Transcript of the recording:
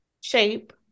shape